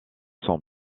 son